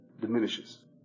diminishes